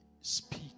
speak